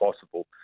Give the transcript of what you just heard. possible